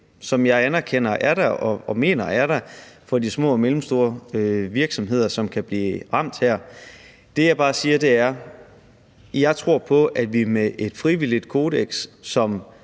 som jeg anerkender er der og mener er der for de små og mellemstore virksomheder, som kan blive ramt her. Det, jeg bare siger, er, at jeg tror på, at vi med et frivilligt kodeks, som